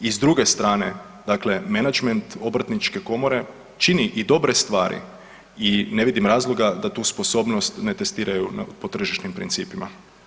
I s druge strane, dakle menadžment obrtničke komore čini i dobre stvari i ne vidim razloga da tu sposobnost ne testiraju po tržišnim principima.